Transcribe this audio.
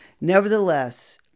Nevertheless